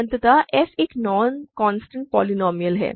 अतः f एक non constant polynomial है